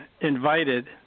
invited